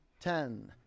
ten